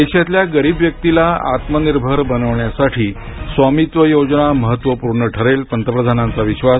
देशातल्या गरीब व्यक्तीला आत्मनिर्भर बनवण्यासाठी स्वामित्व योजना महत्त्वपूर्ण ठरेल पंतप्रधानांचा विश्वास